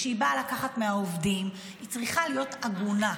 כשהיא באה לקחת מהעובדים, היא צריכה להיות הגונה.